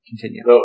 continue